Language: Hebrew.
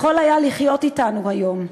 יכול היה לחיות אתנו היום,